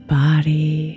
body